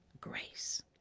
grace